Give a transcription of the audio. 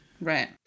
Right